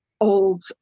old